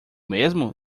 mesmo